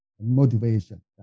motivation